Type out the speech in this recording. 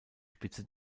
spitze